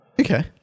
okay